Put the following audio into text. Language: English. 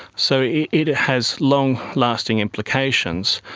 so yeah it it has long-lasting implications,